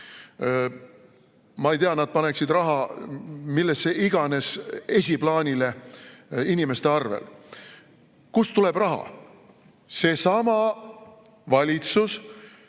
Ma ei tea, nad paneksid raha millesse iganes esiplaanile, inimeste arvel. Kust tuleb raha? Seesama valitsus,